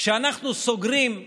כשאנחנו סוגרים אני